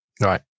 right